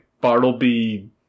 Bartleby